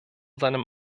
seinem